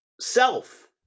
self